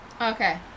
Okay